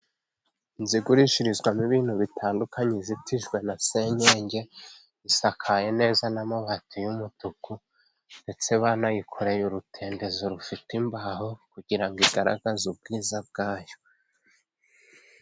Inzu igurishirizwamo ibintu bitandukanye, izitijwe na senyege, isakaye neza n'amabati y'umutuku, ndetse banayikoreye urutendezo rufite imbaho, kugira igaragaze ubwiza bwayo.